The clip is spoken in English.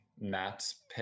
Matt's